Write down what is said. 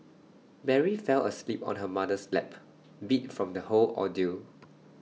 Mary fell asleep on her mother's lap beat from the whole ordeal